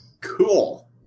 Cool